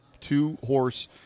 two-horse